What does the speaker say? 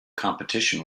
competition